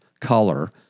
color